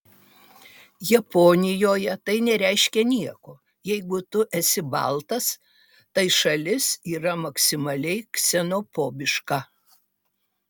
japonijoje tai nereiškia nieko jeigu tu esi baltas tai šalis yra maksimaliai ksenofobiška